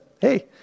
Hey